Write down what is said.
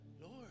Lord